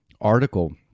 article